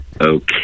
okay